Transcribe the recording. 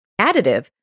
additive